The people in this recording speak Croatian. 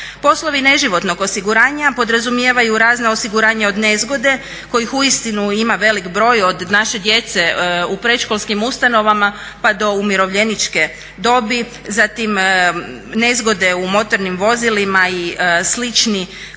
Poslovi neživotnog osiguranja podrazumijevaju razna osiguranja od nezgode kojih uistinu ima velik broj od naše djece u predškolskim ustanovama pa do umirovljeničke dobi, zatim nezgode u motornim vozilima i slična